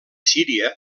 síria